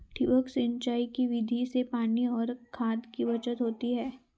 ठिबक सिंचाई की विधि से पानी और खाद की बचत होती है